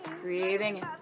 breathing